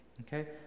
Okay